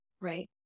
right